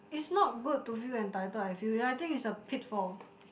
is not good to feel entitled I feel yeah I think it's a pitfall